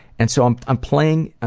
and so i'm i'm playing